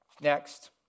Next